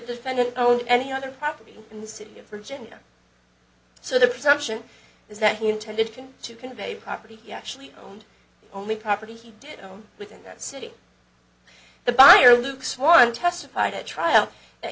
defendant owned any other property in the city of virginia so the presumption is that he intended to convey a property he actually owned only property he did own within that city the buyer luke's one testified at trial that